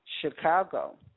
Chicago